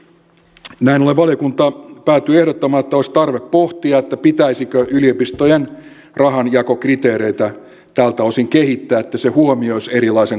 näin ollen valiokunta päätyi ehdottamaan että olisi tarve pohtia pitäisikö yliopistojen rahanjakokriteereitä tältä osin kehittää että ne huomioisivat erilaisen koulutuksen